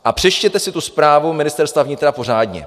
A přečtěte si tu zprávu Ministerstva vnitra pořádně.